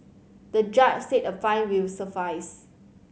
the judge said a fine will suffice